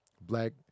Black